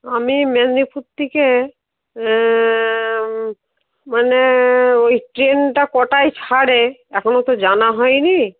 আমি মেদিনীপুর থেকে মানে ওই ট্রেনটা কটায় ছাড়ে এখনো তো জানা হয় নি